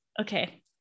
Okay